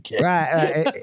Right